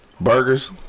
Burgers